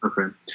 Okay